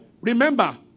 remember